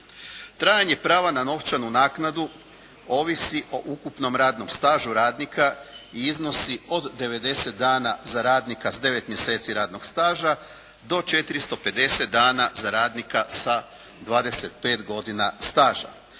Trajanje prava na novčanu naknadu ovisi o ukupnom radnom stažu radnika i iznosi od 90 dana za radnika s 9 mjeseci radnog staža do 450 dana za radnika sa 25 godina staža.